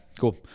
cool